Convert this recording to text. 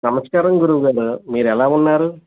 నమస్కారం గురువుగారు మీరెలా ఉన్నారు